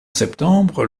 septembre